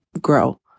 grow